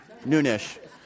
Noonish